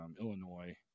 Illinois